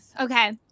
Okay